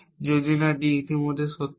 যদি না D ইতিমধ্যেই সত্য হয়